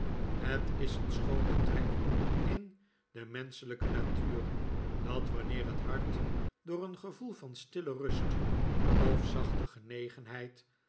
het is een schoone trek in de menschelijke natuur dat wanneer het hart door een gevoel van stille rust of zachte genegenheid